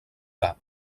cap